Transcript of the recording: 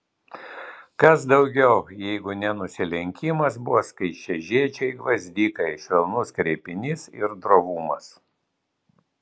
kas daugiau jeigu ne nusilenkimas buvo skaisčiažiedžiai gvazdikai švelnus kreipinys ir drovumas